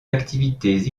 activités